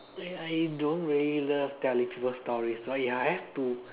I I don't really love telling people stories but if I have to